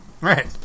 Right